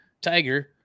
Tiger